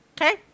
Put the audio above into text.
Okay